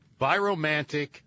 Biromantic